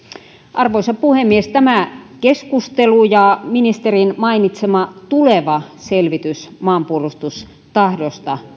arvoisa puhemies tämä keskustelu ja ministerin mainitsema tuleva selvitys maanpuolustustahdosta